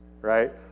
right